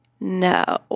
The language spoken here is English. No